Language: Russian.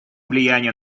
влияния